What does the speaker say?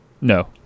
No